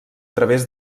través